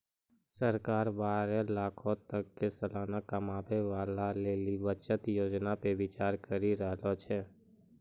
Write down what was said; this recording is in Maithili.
सरकार बारह लाखो तक के सलाना कमाबै बाला लेली बचत योजना पे विचार करि रहलो छै